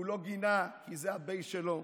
הוא לא גינה כי זה הבייס שלו,